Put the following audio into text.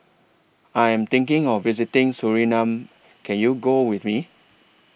I Am thinking of visiting Suriname Can YOU Go with Me